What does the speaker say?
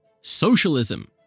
Socialism